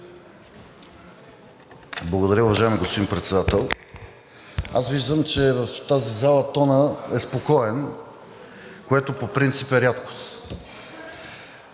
Благодаря, уважаеми господин Председател. Виждам, че в тази зала тонът е спокоен, което по принцип е рядкост.